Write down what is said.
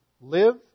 live